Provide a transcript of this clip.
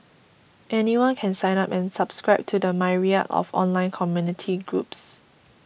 anyone can sign up and subscribe to the myriad of online community groups